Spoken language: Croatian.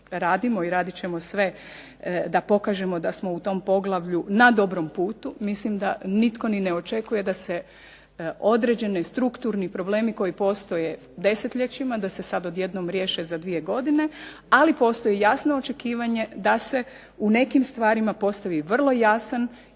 i radit ćemo sve da pokažemo da smo u tom poglavlju na dobrom putu, mislim da nitko ni ne očekuje da se određeni strukturni problemi koji postoje desetljećima, da se sad odjednom riješe za dvije godine, ali postoji jasno očekivanje da se u nekim stvarima postavi vrlo jasan,